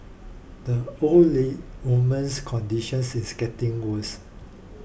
the oldly woman's conditions is getting worse